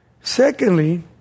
Secondly